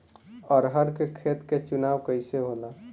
अरहर के खेत के चुनाव कइसे होला?